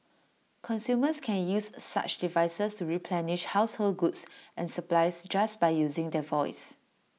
consumers can use such devices to replenish household goods and supplies just by using their voice